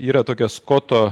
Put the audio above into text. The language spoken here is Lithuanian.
yra tokia skoto